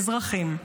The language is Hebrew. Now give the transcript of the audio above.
אזרחים.